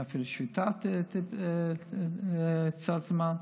הייתה אפילו שביתה קצת זמן.